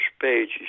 pages